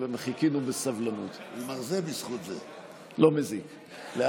בשביל זה לקחו